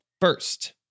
first